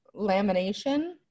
lamination